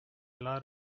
lot